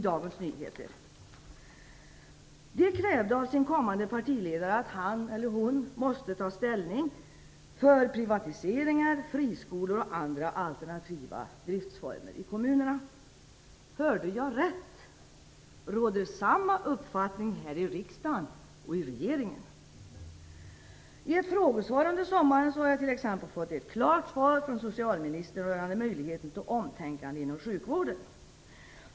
De krävde av sin kommande partiledare att han eller hon måste ta ställning för privatiseringar, friskolor och andra alternativa driftformer i kommunerna. Hörde jag rätt? Råder samma uppfattning här i riksdagen och i regeringen? I ett frågesvar under sommaren har jag fått ett klart svar från socialministern rörande möjligheten till omtänkande inom sjukvården.